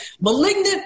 malignant